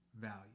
value